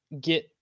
get